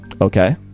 Okay